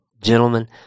gentlemen